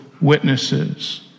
witnesses